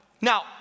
Now